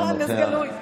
תודה רבה.